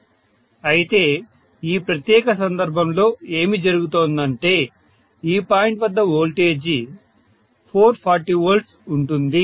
అయితే ఈ ప్రత్యేక సందర్భంలో ఏమి జరుగుతోందంటే ఈ పాయింట్ వద్ద వోల్టేజ్ 440 V ఉంటుంది